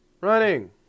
running